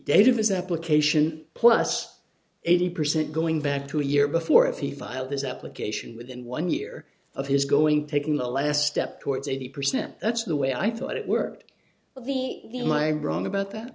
his application plus eighty percent going back to a year before if he filed his application within one year of his going taking the last step towards eighty percent that's the way i thought it worked well the am i wrong about that